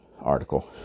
article